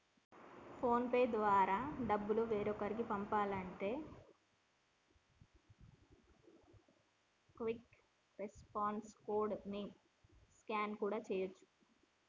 phone pay ద్వారా డబ్బులు వేరొకరికి పంపాలంటే క్విక్ రెస్పాన్స్ కోడ్ ని స్కాన్ కూడా చేయచ్చు